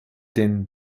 den